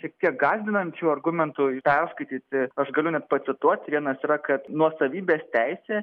šiek tiek gąsdinančių argumentų perskaityti aš galiu net pacituot vienas yra kad nuosavybės teisė